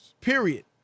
Period